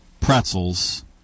pretzels